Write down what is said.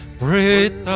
breathe